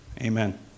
Amen